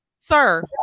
Sir